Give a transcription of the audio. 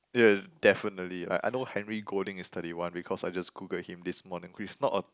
yeah definitely like I know Henry Golding is thirty one because I just Googled him this morning who is not a